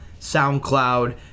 SoundCloud